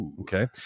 Okay